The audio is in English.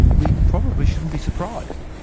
we probably shouldn't be surprised.